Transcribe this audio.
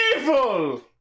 evil